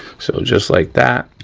so, just like that.